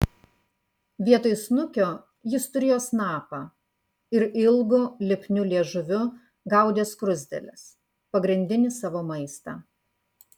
vietoj snukio jis turėjo snapą ir ilgu lipniu liežuviu gaudė skruzdėles pagrindinį savo maistą